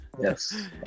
yes